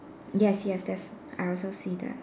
yes yes that's I also see that